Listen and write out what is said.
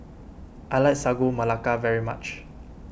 I like Sagu Melaka very much